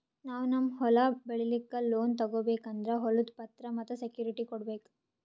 ನಾವ್ ನಮ್ ಹೊಲ ಬೆಳಿಲಿಕ್ಕ್ ಲೋನ್ ತಗೋಬೇಕ್ ಅಂದ್ರ ಹೊಲದ್ ಪತ್ರ ಮತ್ತ್ ಸೆಕ್ಯೂರಿಟಿ ಕೊಡ್ಬೇಕ್